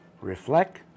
reflect